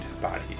body